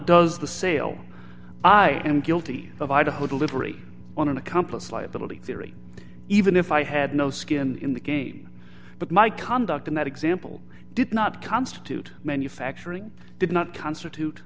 does the sale i am guilty of idaho delivery on an accomplice liability theory even if i had no skin in the game but my conduct in that example did not constitute manufacturing did not constitute